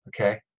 okay